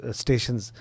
stations